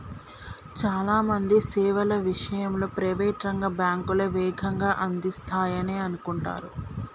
చాలా మంది సేవల విషయంలో ప్రైవేట్ రంగ బ్యాంకులే వేగంగా అందిస్తాయనే అనుకుంటరు